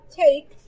take